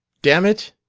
dammit!